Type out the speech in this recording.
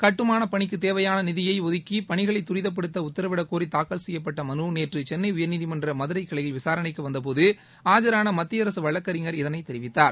கட்டுமான பணிக்கு தேவையான நிதியை ஒதுக்கி பணிகளைத் தரிதப்படுத்த உத்தரவிடக்கோரி தாக்கல் செய்யப்பட்ட மனு நேற்று சென்னை உயர்நீதிமன்ற மதுரை கிளையில் விசாரணைக்கு வந்தபோது ஆஜான மத்திய அரசு வழக்கறிஞர் இதைத் தெரிவித்தார்